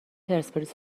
پرسپولیس